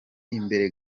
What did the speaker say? imbere